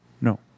No